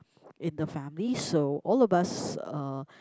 in the family so all of us uh